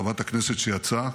חברת הכנסת שיצאה,